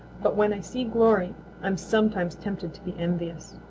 but when i see glory i'm sometimes tempted to be envious.